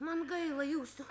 man gaila jūsų